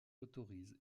autorise